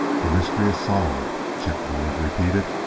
the mystery is solved, chet bullard repeated.